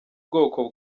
bwoko